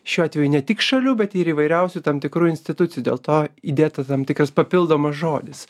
šiuo atveju ne tik šalių bet ir įvairiausių tam tikrų institucijų dėl to įdėta tam tikras papildomas žodis